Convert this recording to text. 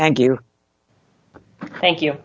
thank you thank you